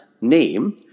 name